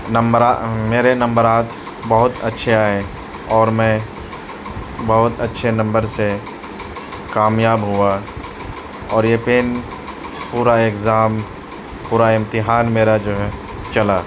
number میرے نمبرات بہت اچّھے آئے اور میں بہت اچّھے نمبر سے کامیاب ہوا اور یہ پین پورا اگزام پورا امتحان میرا جو ہے چلا